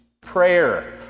prayer